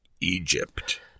Egypt